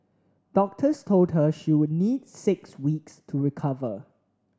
doctors told her she would need six weeks to recover